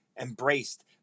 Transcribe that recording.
embraced